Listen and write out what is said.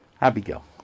abigail